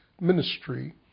ministry